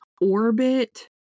orbit